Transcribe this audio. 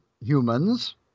humans